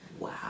Wow